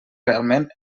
realment